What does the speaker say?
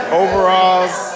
overalls